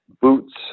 boots